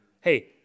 Hey